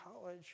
college